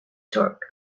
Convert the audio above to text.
torque